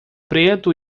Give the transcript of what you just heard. preto